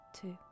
two